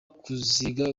kuziga